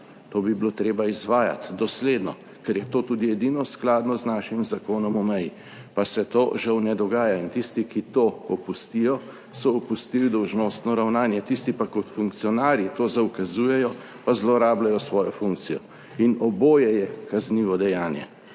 To bi bilo treba izvajati dosledno, ker je to tudi edino skladno z našim zakonom o meji, pa se to žal ne dogaja in tisti, ki to opustijo, so opustili dolžnostno ravnanje, tisti pa kot funkcionarji to zaukazujejo, pa zlorabljajo svojo funkcijo in oboje je kaznivo dejanje.